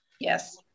Yes